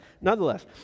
Nonetheless